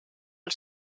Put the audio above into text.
del